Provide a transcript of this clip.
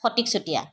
Phatik Chutia